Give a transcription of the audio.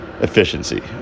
efficiency